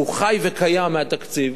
שהוא חי וקיים מהתקציב,